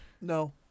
No